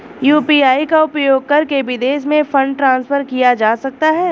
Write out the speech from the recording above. UPI का उपयोग करके विदेशों में फंड ट्रांसफर किया जा सकता है?